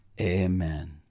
Amen